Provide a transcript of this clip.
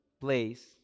place